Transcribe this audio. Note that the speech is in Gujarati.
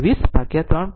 923 ભાગ્યા 3